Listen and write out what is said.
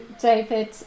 David